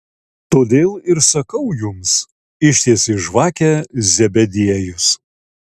todėl ir sakau jums ištiesė žvakę zebediejus